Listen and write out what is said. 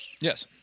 Yes